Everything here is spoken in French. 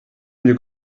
mieux